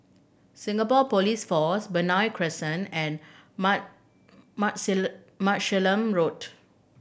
Singapore Police Force Benoi Crescent and Martlesham Road